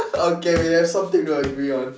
okay we have something to agree on